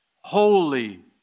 Holy